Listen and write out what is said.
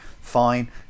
fine